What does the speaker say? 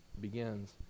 begins